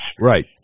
Right